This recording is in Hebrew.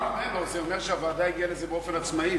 זה אומר שהוועדה הגיעה לזה באופן עצמאי.